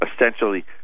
essentially